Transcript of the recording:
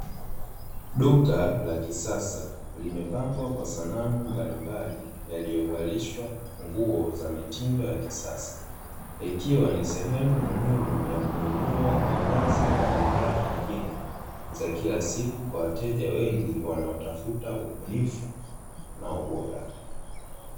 Dukani la kisasa, limepambwa kwa sanamu mbalimbali zilizo alishindwa nguo za mitindo ya kisasa, ikiwa ni sehemu muhimu kununua mavazi na bidhaa nyingine za kila siku kwa wateja wengi wanaotafuta ubunifu na ubora.